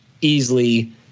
easily